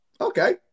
okay